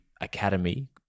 academy